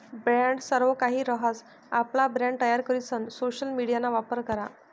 brand सर्वकाहि रहास, आपला ब्रँड तयार करीसन सोशल मिडियाना वापर करा